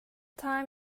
time